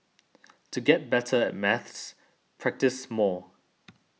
to get better at maths practise more